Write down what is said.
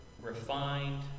refined